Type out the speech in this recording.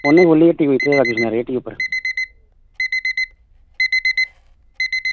उन्ने खोह्ल्ली दी हट्टी राजू सुनारै दी हट्टी उप्पर